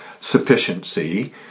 sufficiency